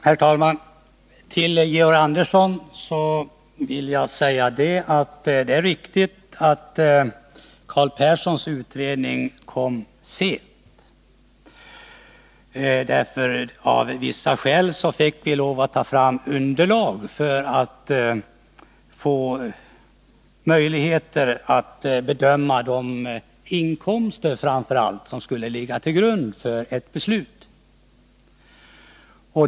Herr talman! Till Georg Andersson vill jag säga att det är riktigt att Carl Perssons utredning kom sent. Vi fick därför lov att ta fram underlag för att få möjligheter att bedöma framför allt de inkomster som skulle ligga till grund för ett beslut.